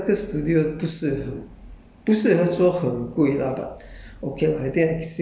uh 我那边的 s~ 那个 studio 不是很